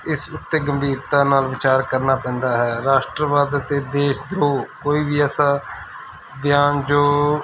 ਇਸ ਉੱਤੇ ਗੰਭੀਰਤਾ ਨਾਲ ਵਿਚਾਰ ਕਰਨਾ ਪੈਂਦਾ ਹੈ ਰਾਸ਼ਟਰਵਾਦ ਅਤੇ ਦੇਸ਼ਧ੍ਰੋਹ ਕੋਈ ਵੀ ਐਸਾ ਬਿਆਨ ਜੋ